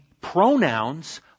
pronouns